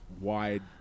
wide